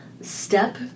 step